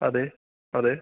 അതെ അതെ